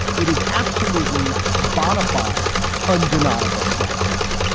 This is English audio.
it is absolutely bonafide undeniable progress